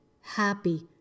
happy